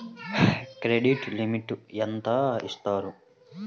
Credit limit ఎంత ఇస్తారు?